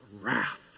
wrath